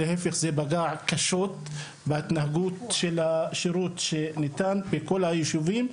להיפך, זה פגע קשות בשירות שניתן בכל היישובים.